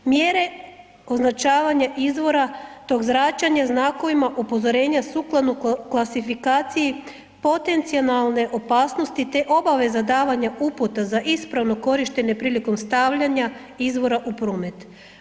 Mjere označavanje izvora tog zračenja znakovima upozorenja sukladno klasifikacije potencionalne opasnosti te obaveza davanja uputa za ispravno korištenje prilikom stavljanja izvora u promet.